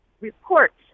reports